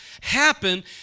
happen